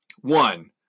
One